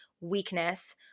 weakness